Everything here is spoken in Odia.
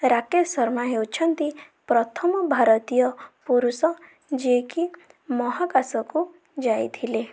ରାକେଶ ଶର୍ମା ହେଉଛନ୍ତି ପ୍ରଥମ ଭାରତୀୟ ପୁରୁଷ ଯିଏକି ମହାକାଶକୁ ଯାଇଥିଲେ